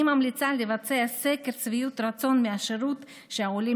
אני ממליצה לבצע סקר שביעות רצון מהשירות שהעולים